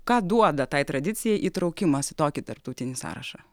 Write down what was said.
ką duoda tai tradicijai įtraukimas į tokį tarptautinį sąrašą